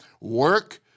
Work